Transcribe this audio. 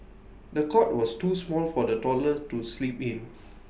the cot was too small for the toddler to sleep in